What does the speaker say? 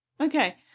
Okay